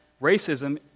racism